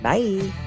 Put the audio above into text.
Bye